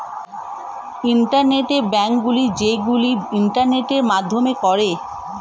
internet banking যেইগুলো ইন্টারনেটের মাধ্যমে করে